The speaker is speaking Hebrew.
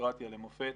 דמוקרטיה למופת.